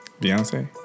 Beyonce